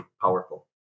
powerful